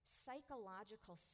psychological